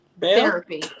therapy